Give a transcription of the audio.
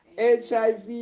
HIV